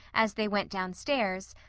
as they went downstairs,